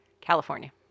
California